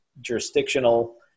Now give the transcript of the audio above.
jurisdictional